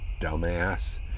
dumbass